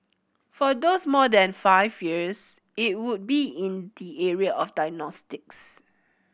for those more than five years it would be in the area of diagnostics